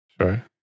Sure